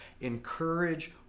Encourage